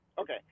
Okay